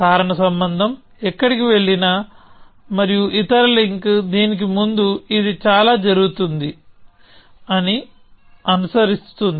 కారణ సంబంధం ఎక్కడికి వెళ్ళినా మరియు ఇతర లింక్ దీనికి ముందు ఇది చాలా జరుగుతుందని అనుసరిస్తుంది